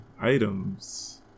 Items